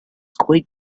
quite